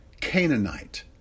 Canaanite